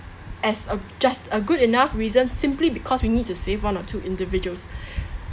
as a just a good enough reason simply because we need to save one or two individuals